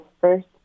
first